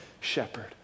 shepherd